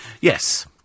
Yes